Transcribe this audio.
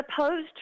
opposed